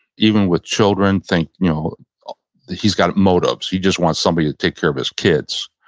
even with children think you know he's got motives. he just wants somebody to take care of his kids.